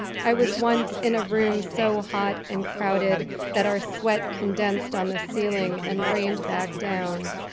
i was once in a room so hot and crowded that our sweat condensed on the ceiling and rained back down.